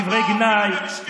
בדברי גנאי,